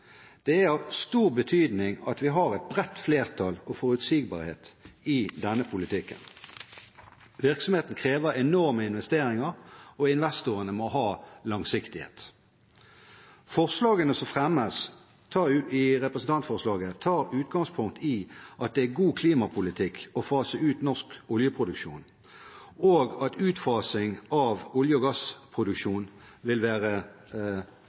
Det er av stor betydning at vi har et bredt flertall og forutsigbarhet i denne politikken. Virksomheten krever enorme investeringer, og investorene må ha langsiktighet. Forslagene som fremmes i representantforslaget, tar utgangspunkt i at det er god klimapolitikk å fase ut norsk oljeproduksjon, og at utfasing av olje- og gassproduksjonen vil være